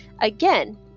Again